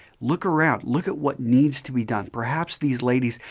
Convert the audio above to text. look around. look at what needs to be done. perhaps these ladies,